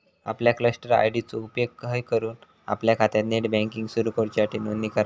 आपल्या cluster ID चो उपेग हय करून आपल्या खात्यात नेट बँकिंग सुरू करूच्यासाठी नोंदणी करा